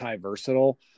versatile